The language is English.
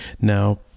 now